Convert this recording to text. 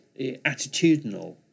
attitudinal